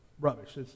rubbish